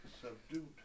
Subdued